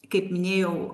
kaip minėjau